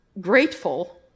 Grateful